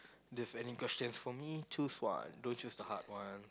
there's any questions for me choose one don't choose the hard one